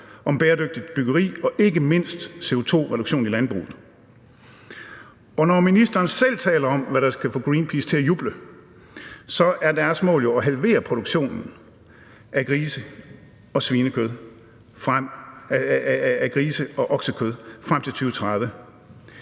om bæredygtigt byggeri og ikke mindst CO2-reduktion i landbruget. Når ministeren selv taler om, hvad der skal få Greenpeace til at juble, så er deres mål jo at halvere produktionen af grise- og oksekød frem til 2030